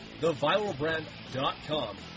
theviralbrand.com